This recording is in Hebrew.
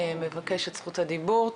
מבקש את זכות הדיבור,